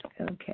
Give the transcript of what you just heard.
Okay